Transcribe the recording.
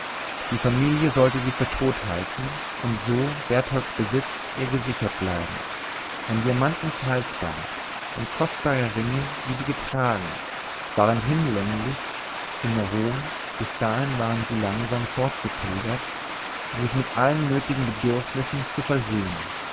die familie sollte sie für tot halten und so bertholds besitz ihr gesichert bleiben ein diamantnes halsband und kostbare ringe die sie getragen waren hinlänglich in rom bis dahin waren sie langsam fortgepilgert sich mit allen nötigen bedürfnissen zu versehen